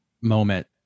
moment